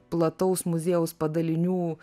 plataus muziejaus padalinių